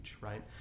right